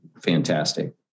fantastic